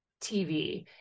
TV